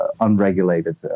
unregulated